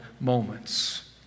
moments